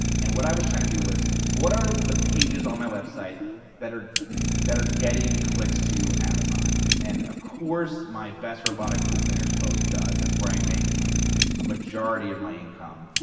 and what i was trying to do was, what are the pages on my website that are that are getting clicks to amazon? and of course my best robotic pool cleaners post does. that's where i make a majority of my income.